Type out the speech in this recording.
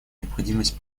необходимость